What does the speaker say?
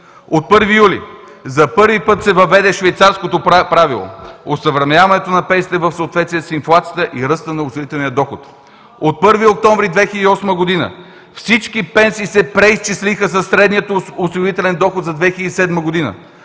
от 1 юли за първи път се въведе швейцарското правило – осъвременяването на пенсиите в съответствие с инфлацията и ръста на осигурителния доход. От 1 октомври 2008 г. всички пенсии се преизчислиха със средния осигурителен доход за 2007 г.